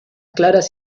claras